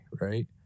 right